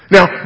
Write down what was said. Now